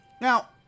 Now